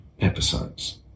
episodes